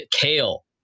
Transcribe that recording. kale